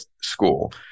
school